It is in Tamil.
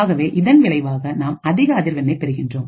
ஆகவே இதன் விளைவாக நாம் அதிக அதிர்வெண்ணை பெறுகின்றோம்